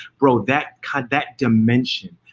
bro, that kind of that dimension,